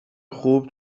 خوب